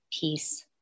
peace